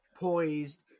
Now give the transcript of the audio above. poised